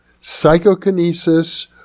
psychokinesis